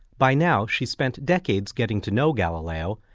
by now she's spent decades getting to know galileo,